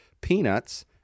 peanuts